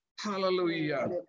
Hallelujah